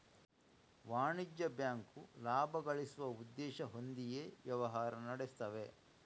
ವಾಣಿಜ್ಯ ಬ್ಯಾಂಕು ಲಾಭ ಗಳಿಸುವ ಉದ್ದೇಶ ಹೊಂದಿಯೇ ವ್ಯವಹಾರ ನಡೆಸ್ತವೆ